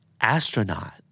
Astronaut